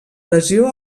lesió